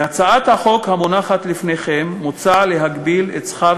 בהצעת החוק המונחת לפניכם מוצע להגביל את שכר